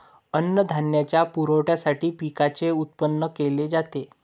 अन्नधान्याच्या पुरवठ्यासाठी पिकांचे उत्पादन केले जाते